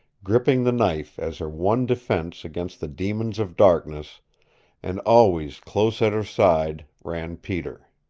gripping the knife as her one defense against the demons of darkness and always close at her side ran peter.